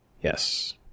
Yes